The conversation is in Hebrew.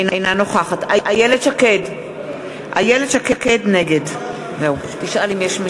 אינה נוכחת איילת שקד נגד רבותי,